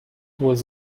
was